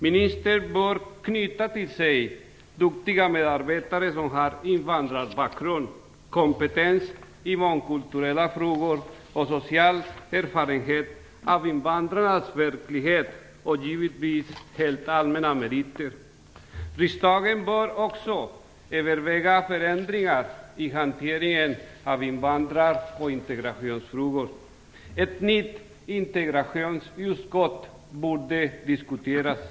Ministern bör knyta till sig duktiga medarbetare som har invandrarbakgrund, kompetens i mångkulturella frågor och social erfarenhet av invandrarnas verklighet och som givetvis har helt allmänna meriter. Riksdagen bör också överväga förändringar i hanteringen av invandrar och integrationsfrågor. Ett nytt integrationsutskott borde diskuteras.